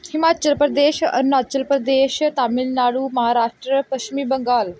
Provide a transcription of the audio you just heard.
ਹਿਮਾਚਲ ਪ੍ਰਦੇਸ਼ ਅਰੁਣਾਚਲ ਪ੍ਰਦੇਸ਼ ਤਾਮਿਲਨਾਡੂ ਮਹਾਂਰਾਸ਼ਟਰ ਪੱਛਮੀ ਬੰਗਾਲ